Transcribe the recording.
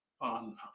on